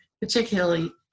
particularly